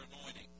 anointing